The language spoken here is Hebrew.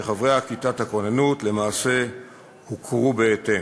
שחברי כיתת הכוננות למעשה הוכרו בהתאם.